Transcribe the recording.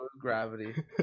gravity